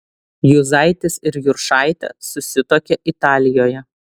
juzaitis ir juršaitė susituokė italijoje